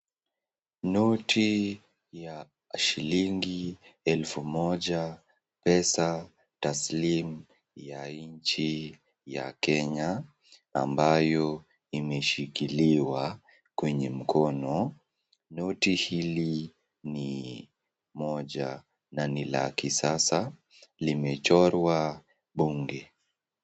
Noti ya shillingi elfu moja. Pesa taslimu ya nchi ya Kenya, ambayo imeshikiliwa kwenye mkono. Noti hili ni moja na ni la kisasa limechorwa bunge.